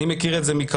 אני מכיר את זה מקרוב,